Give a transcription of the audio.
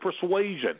persuasion